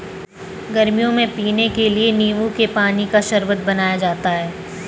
गर्मियों में पीने के लिए नींबू के पानी का शरबत बनाया जाता है